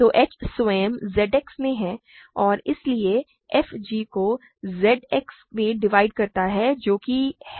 तो h स्वयं Z X में है और इसलिए f g को Z X में डिवाइड करता है जो कि है